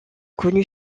connu